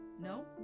No